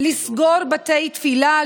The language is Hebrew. לסגור בתי תפילה,